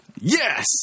Yes